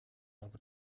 aber